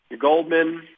Goldman